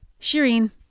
Shireen